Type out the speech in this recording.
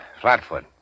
Flatfoot